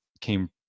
came